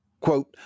Quote